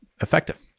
effective